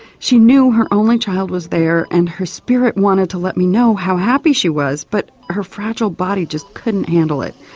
she knew her only child was there and her spirit wanted to let me know how happy she was, but her fragile body just couldn't handle it.